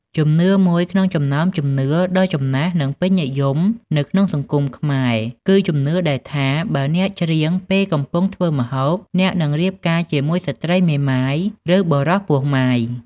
ជំនឿមួយក្នុងចំណោមជំនឿដ៏ចំណាស់ និងពេញនិយមនៅក្នុងសង្គមខ្មែរ គឺជំនឿដែលថា "បើអ្នកច្រៀងពេលកំពុងធ្វើម្ហូប អ្នកនឹងរៀបការជាមួយស្ត្រីមេម៉ាយ ឬបុរសពោះម៉ាយ"។